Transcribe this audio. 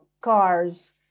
cars